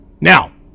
Now